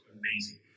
amazing